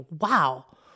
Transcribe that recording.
wow